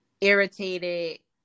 irritated